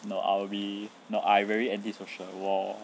no I'll be no I very antisocial 我